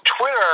Twitter